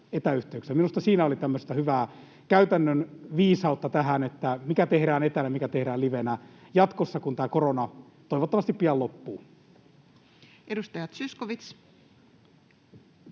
Minusta siinä oli hyvää käytännön viisautta tähän, mikä tehdään etänä, mikä tehdään livenä jatkossa, kun tämä korona toivottavasti pian loppuu. [Speech 7]